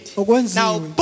Now